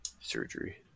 surgery